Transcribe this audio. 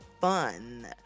fun